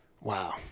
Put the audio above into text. Wow